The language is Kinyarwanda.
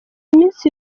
iminsi